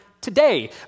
Today